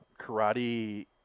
karate